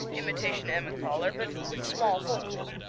imitation emmentaler, but with small holes.